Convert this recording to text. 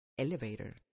Elevator